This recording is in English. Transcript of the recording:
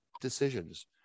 decisions